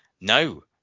No